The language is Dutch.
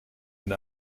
een